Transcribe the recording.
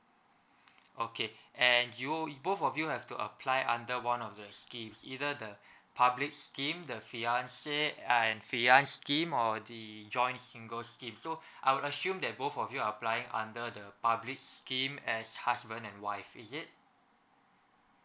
okay and you both of you have to apply under one of the schemes either the public scheme the fiancé and fiancée scheme or the joint singles scheme so I would assume that both of you are applying under the public scheme as husband and wife is it